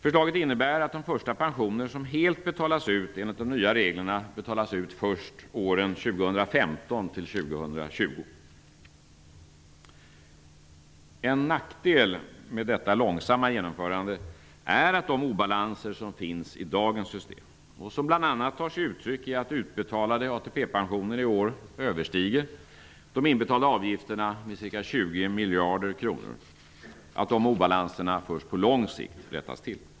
Förslaget innebär att de första pensioner som helt betalas ut enligt de nya reglerna betalas ut först åren 2015-- En nackdel med detta långsamma genomförande är att de obalanser som finns i dagens system -- och som bl.a. tar sig uttryck i att de utbetalade ATP pensionerna i år överstiger de inbetalade avgifterna med ca 20 miljarder kronor -- först på lång sikt rättas till.